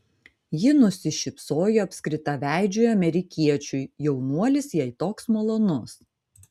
ji nusišypsojo apskritaveidžiui amerikiečiui jaunuolis jai toks malonus